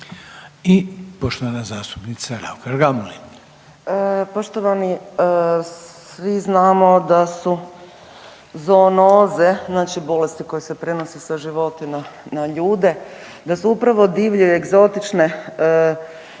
**Raukar-Gamulin, Urša (Možemo!)** Poštovani svi znamo da su zoonoze znači bolesti koje se prenose sa životinja na ljude, da su upravo divlje, egzotične životinje